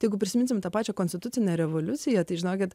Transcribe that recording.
jeigu prisiminsime tą pačia konstitucine revoliucija tai žinokit